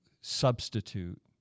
substitute